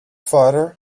father